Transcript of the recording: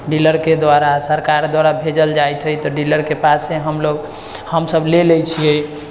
डीलरके द्वारा सरकार द्वारा भेजल जाइत हइ तऽ डीलरके पास से हमलोग हमसभ ले लए छिऐ